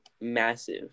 massive